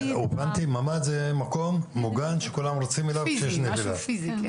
ממ"ד זה מקום פיזי מוגן שכולם רצים אליו כשיש נפילה.